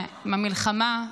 במלחמה,